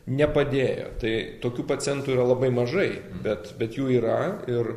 nepadėjo tai tokių pacientų yra labai mažai bet bet jų yra ir